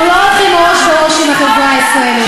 אנחנו לא הולכים ראש בראש עם החברה הישראלית,